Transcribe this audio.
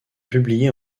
publiées